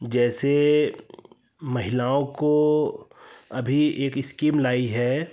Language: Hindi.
जैसे महिलाओं को अभी एक स्कीम लाई है